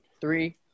three